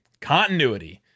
continuity